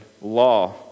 law